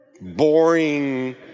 Boring